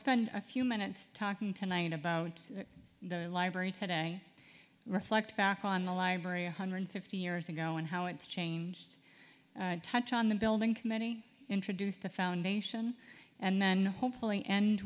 spend a few minutes talking tonight about the library today reflect back on the library one hundred fifty years ago and how it's changed touch on the building committee introduce the foundation and then hopefully